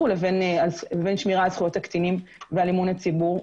לבין שמירה על זכויות הקטינים ועל אמון הציבור.